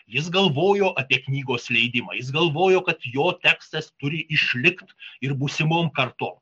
jis galvojo apie knygos leidimą jis galvojo kad jo tekstas turi išlikt ir būsimom kartom